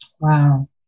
wow